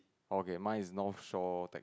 okay mine is Northshore Tech